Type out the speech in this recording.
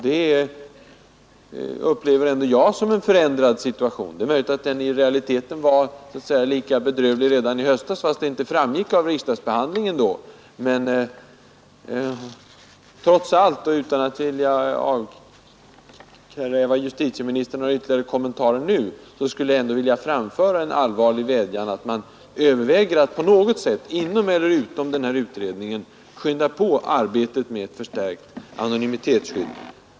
Det upplever i varje fall jag som en förändrad situation. Det är möjligt att den i verkligheten var lika bedrövlig redan i höstas, fast det inte framgick av riksdagsbehandlingen. Men trots allt, och utan att vilja avkräva justitieministern några ytterligare kommentarer nu, skulle jag ändå vilja framföra en allvarlig vädjan att man överväger att på något sätt inom eller utom denna utredning påskynda arbetet med frågan om ett förstärkt anonymitetsskydd.